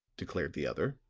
declared the other.